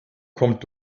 kommt